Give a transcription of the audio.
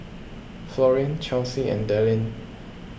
Florine Chauncy and Dallin